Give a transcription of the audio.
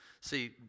See